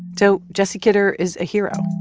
so jesse kidder is a hero.